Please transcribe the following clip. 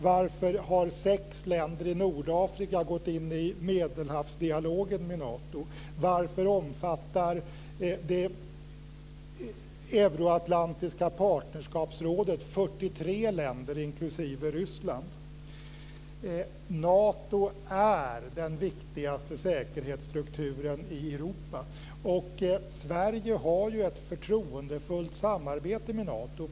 Varför har sex länder i Nordafrika gått in i Medelhavsdialogen med Nato? Varför omfattar det euroatlantiska partnerskapsrådet 43 länder inklusive Ryssland? Nato är den viktigaste säkerhetsstrukturen i Europa, och Sverige har ett förtroendefullt samarbete med Nato.